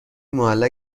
معلق